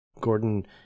Gordon